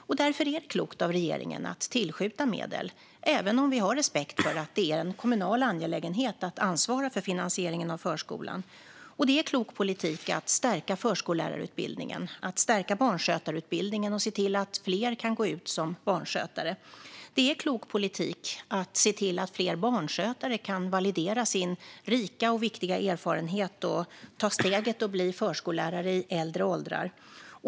Därför är det klokt av regeringen att tillskjuta medel, även om vi har respekt för att det är en kommunal angelägenhet att ansvara för finansieringen av förskolan. Det är klok politik att stärka förskollärarutbildningen, stärka barnskötarutbildningen och se till att fler kan gå ut som barnskötare. Det är klok politik att se till att fler barnskötare kan validera sin rika och viktiga erfarenhet och ta steget att bli förskollärare i äldre åldrar.